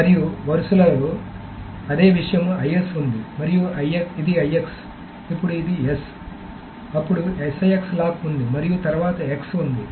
మరియు వరుసలలో అదే విషయం IS ఉంది తర్వాత ఇది IX అప్పుడు ఇది S అప్పుడు SIX లాక్ ఉంది మరియు తరువాత X ఉంది